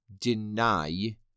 deny